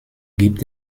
gibt